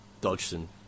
Dodgson